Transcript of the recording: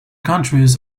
countries